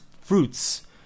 fruits